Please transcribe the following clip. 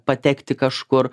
patekti kažkur